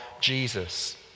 Jesus